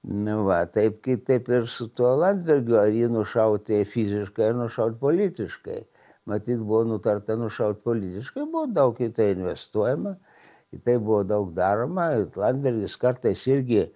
nu va taip kaip taip ir su tuo landsbergiu ar jį nušauti fiziškai ar nušaut politiškai matyt buvo nutarta nušaut politiškai buvo daug į tai investuojama į tai buvo daug daroma ir landsbergis kartais irgi